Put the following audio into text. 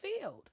filled